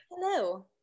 Hello